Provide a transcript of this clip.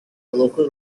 local